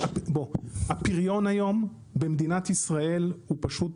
הפריון היום במדינת ישראל הוא פשוט